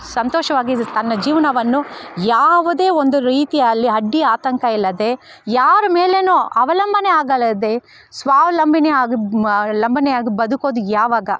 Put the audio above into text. ಸಂತೋಷವಾಗಿ ತನ್ನ ಜೀವನವನ್ನು ಯಾವುದೇ ಒಂದು ರೀತಿಯಲ್ಲಿ ಅಡ್ಡಿ ಆತಂಕ ಇಲ್ಲದೇ ಯಾರ ಮೇಲೆಯೂ ಅವಲಂಬನೆ ಆಗಿಲ್ಲದೇ ಸ್ವಾವಲಂಬನೆ ಆಗ ಮ ಲಂಬನೆಯಾಗಿ ಬದುಕೋದು ಯಾವಾಗ